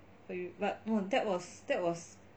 no you but that was that was